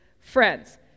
friends